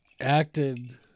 acted